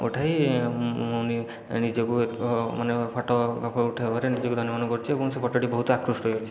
ଉଠାଇ ମୁଁ ନିଜକୁ ଏକ ମାନେ ଫଟୋଗ୍ରାଫର ଉଠାଇବାରେ ନିଜକୁ ଧନ୍ୟ ମନେ କରୁଛି ଏବଂ ସେ ଫଟୋଟି ବହୁତ ଆକୃଷ୍ଟ ହୋଇଅଛି